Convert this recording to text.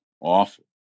awful